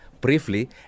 briefly